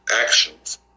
actions